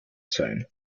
sein